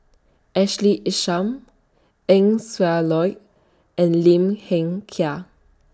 Ashley Isham Eng Siak Loy and Lim Hng Kiang